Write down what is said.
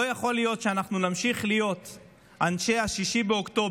לא יכול להיות שנמשיך להיות אנשי 6 באוקטובר